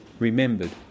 remembered